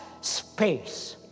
space